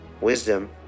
Wisdom